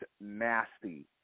nasty